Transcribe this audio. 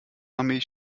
milch